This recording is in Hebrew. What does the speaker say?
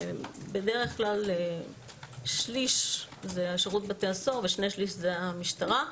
בדרך כלל שליש זה שירות בתי הסוהר ושני שלישים זה המשטרה.